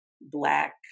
black